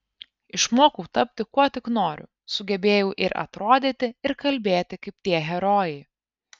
išmokau tapti kuo tik noriu sugebėjau ir atrodyti ir kalbėti kaip tie herojai